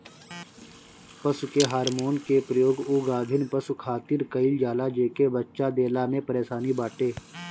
पशु के हार्मोन के प्रयोग उ गाभिन पशु खातिर कईल जाला जेके बच्चा देला में परेशानी बाटे